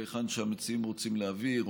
להיכן שהמציעים רוצים להעביר,